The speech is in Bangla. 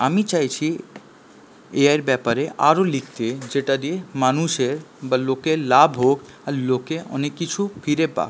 আমি চাইছি এআইয়ের ব্যাপারে আরো লিখতে যেটা দিয়ে মানুষের বা লোকের লাভ হোক আর লোকে অনেক কিছু ফিরে পাক